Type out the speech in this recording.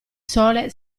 sole